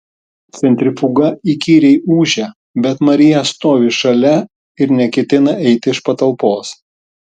centrifuga įkyriai ūžia bet marija stovi šalia ir neketina eiti iš patalpos